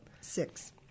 Six